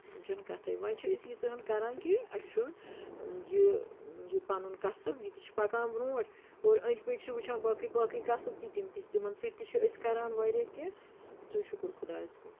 تِم چھنہٕ کَتھٕے وۄنۍ چھِ أسۍ ییٖژاہۂن کَران کہِ اَسہِ چھُ یہِ یہِ پَنُن قَسٕب یہِ تہِ چھِ پَکان برونٛٹھ اور أنٛدۍ پٔکۍ چھِ وٕچھان باقٕے باقٕے قصب تہِ تِم تہِ تِمَن سۭتۍ تہِ چھِ أسۍ کَران واریاہ کینٛہہ تہٕ شُکُر خۄدایَس کُن